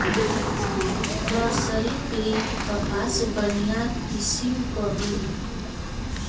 मर्सरीकृत कपास बढ़िया किसिम क होला